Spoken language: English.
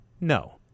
No